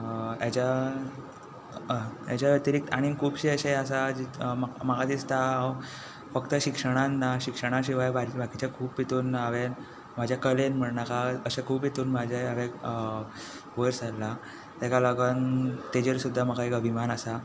हाज्या हाज्या अतिरिक्त आनी खुबशें अशें आसा जे म्हाका दिसता फक्त शिक्षणान ना शिक्षणा शिवाय बाकिच्या खूब हातून हांवें म्हज्या कलेन म्हणनाका अशें खूब हातून म्हजे हांवें वयर सरला ताका लागून ताजेर सुद्दां म्हाका एक अभिमान आसा